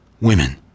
women